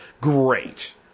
great